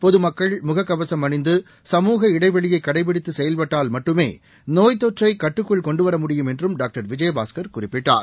பொதுமக்கள் முகக்கவசம் அணிந்து சமூக இடைவெளியைகடைபிடித்துசெயல்பட்டால் மட்டுமேநோய்த் தொற்றைகட்டுக்குள் கொண்டுவர முடியும் என்றும் டாக்டர் விஜயபாஸ்கர் குறிப்பிட்டார்